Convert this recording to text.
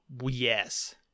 yes